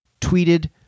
tweeted